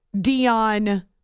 Dion